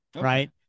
right